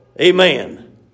Amen